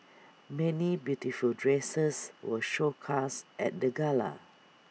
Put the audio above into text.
many beautiful dresses were showcased at the gala